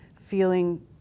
feeling